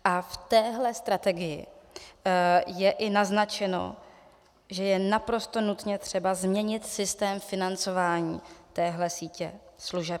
A v téhle strategii je i naznačeno, že je naprosto nutně třeba změnit systém financování téhle sítě služeb.